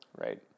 Right